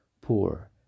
poor